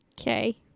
Okay